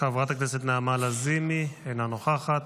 חברת הכנסת נעמה לזימי, אינה נוכחת.